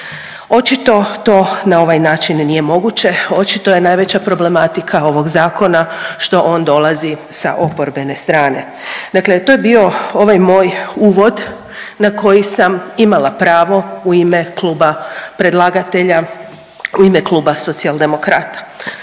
Očito to na ovaj način nije moguće. Očito je najveća problematika ovog zakona što on dolazi sa oporbene strane. Dakle, to je bio ovaj moj uvod na koji sam imala pravo u ime kluba predlagatelja, u ime Kluba Socijaldemokrata.